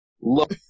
look